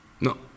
No